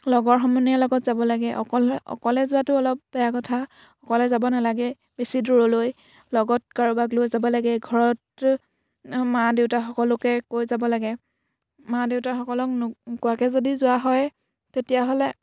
লগৰ সমনীয়াৰ লগত যাব লাগে অকল অকলে যোৱাটো অলপ বেয়া কথা অকলে যাব নালাগে বেছি দূৰলৈ লগত কাৰোবাক লৈ যাব লাগে ঘৰত মা দেউতাসকলোকে কৈ যাব লাগে মা দেউতাসকলক নোকোৱাকৈ যদি যোৱা হয় তেতিয়াহ'লে